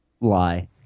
lie